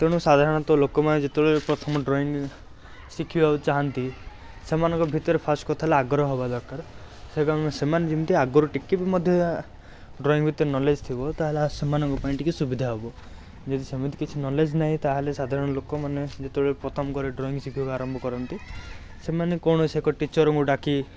ତେଣୁ ସାଧାରଣତଃ ଲୋକମାନେ ଯେତେବେଳେ ପ୍ରଥମ ଡ୍ରଇଙ୍ଗ ଶିଖିବାକୁ ଚାହାନ୍ତି ସେମାନଙ୍କ ଭିତରେ ଫାଷ୍ଟ କଥା ହେଲା ଆଗ୍ରହ ହବା ଦରକାର ସେ କାମ ସେମାନେ ଯେମତି ଆଗରୁ ଟିକେ ବି ମଧ୍ୟ ଡ୍ରଇଙ୍ଗ ଭିତରେ ନଲେଜ ଥିବ ତାହାଲେ ଆ ସେମାନଙ୍କ ପାଇଁ ଟିକିଏ ସୁବିଧା ହବ ଯଦି ସେମିତି କିଛି ନଲେଜ ନାହିଁ ତାହେଲେ ସାଧାରଣ ଲୋକମାନେ ଯେତେବେଳେ ପ୍ରଥମ କରି ଡ୍ରଇଙ୍ଗ ଶିଖିବାକୁ ଆରମ୍ଭ କରନ୍ତି ସେମାନେ କୌଣସି ଏକ ଟିଚରଙ୍କୁ ଡ଼ାକି